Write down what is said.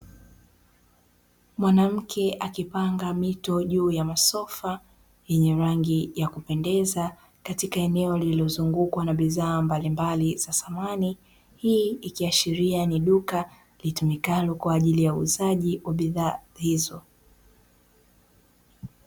Mwanamke akipanga mito juu ya masofa yenye rangi ya kupendeza, katika eneo lililozungukwa na bidhaa mbalimbali za samani. Hii ikiashiria ni duka litumikalo kwa ajili ya uuzaji wa bidhaa hizo.